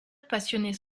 passionnait